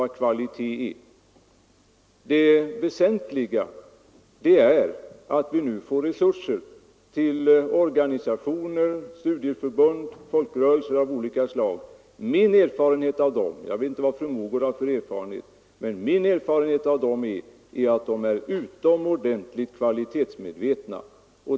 Det väsentliga är att vi nu får resurser att ställa till förfogande för organisationer, studieförbund och folkrörelser av olika slag. Och min erfarenhet av dem — jag vet inte vad fru Mogård har för erfarenhet — är att de är utomordentligt kvalitetsmedvetna.